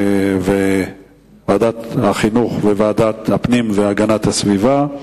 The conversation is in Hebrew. ועדת החינוך וועדת הפנים והגנת הסביבה.